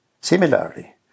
Similarly